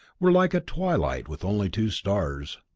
were like a twilight with only two stars.